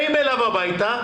באים אליו הביתה,